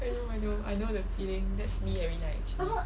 I know I know I know the feeling that's me every night actually